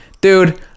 dude